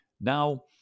Now